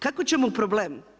Kako ćemo problem?